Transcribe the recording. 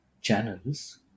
channels